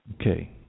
Okay